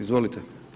Izvolite.